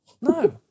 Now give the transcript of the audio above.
No